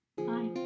Bye